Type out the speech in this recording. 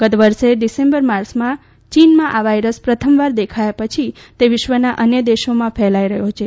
ગત વર્ષે ડિસેમ્બર માસમાં ચીનમાં આ વાયરસ પ્રથમવાર દેખાયા પછી તે વિશ્વના અન્ય દેશોમાં ફેલાઈ રહ્યો છે